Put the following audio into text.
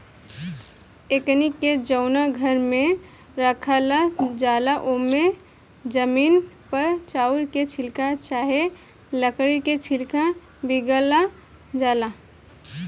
एकनी के जवना घर में राखल जाला ओमे जमीन पर चाउर के छिलका चाहे लकड़ी के छिलका बीगल जाला